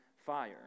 Fire